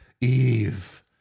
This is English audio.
Eve